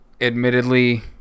admittedly